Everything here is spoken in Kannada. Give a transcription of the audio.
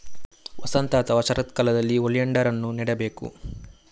ವಸಂತ ಅಥವಾ ಶರತ್ಕಾಲದಲ್ಲಿ ಓಲಿಯಾಂಡರ್ ಅನ್ನು ನೆಡಬೇಕು